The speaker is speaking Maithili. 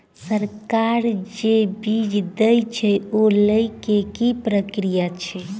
सरकार जे बीज देय छै ओ लय केँ की प्रक्रिया छै?